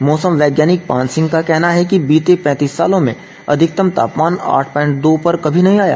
मौसम वैज्ञानिक पान सिंह का कहना है कि बीते पैतीस सालों में अधिकतम तापमान आठ दशमलव दो पर कभी नहीं आया